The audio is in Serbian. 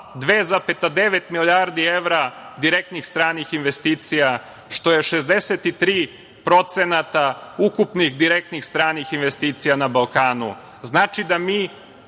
2,9 milijardi evra direktnih stranih investicija, što je 63% ukupnih direktnih stranih investicija na Balkanu. Znači da mi